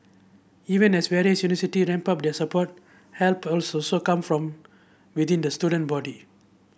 even as various university ramp up their support help come from within the student body